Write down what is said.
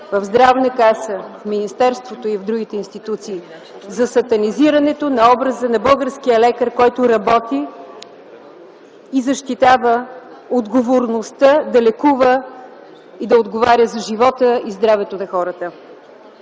в Здравната каса, в министерството и в другите институции, а за сатанизирането на образа на българския лекар, който работи и защитава отговорността да лекува и да отговоря за живота и здравето на хората.